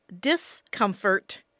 discomfort